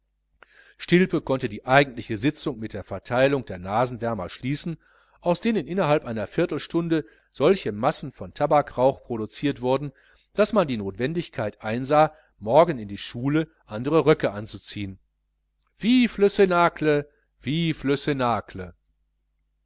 stilpe konnte die eigentliche sitzung mit der verteilung der nasenwärmer schließen aus denen innerhalb einer viertelstunde solche massen von tabakrauch produziert wurden daß man die notwendigkeit einsah morgen in die schule andere röcke anzuziehen vive le cnacle vive